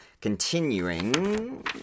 continuing